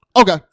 Okay